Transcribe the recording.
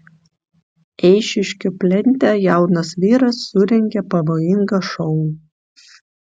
eišiškių plente jaunas vyras surengė pavojingą šou